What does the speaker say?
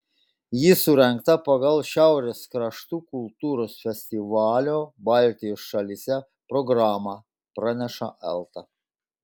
ji surengta pagal šiaurės kraštų kultūros festivalio baltijos šalyse programą praneša elta